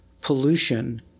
pollution